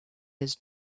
his